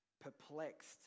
perplexed